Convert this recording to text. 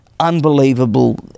unbelievable